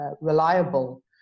reliable